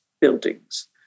buildings